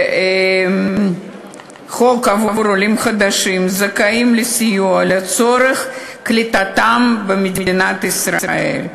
חוק עבור עולים חדשים הזכאים לסיוע לצורך קליטתם במדינת ישראל,